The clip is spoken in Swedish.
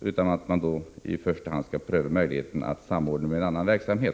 Man skall i första hand pröva möjligheterna till samordning med annan verksamhet.